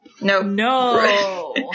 No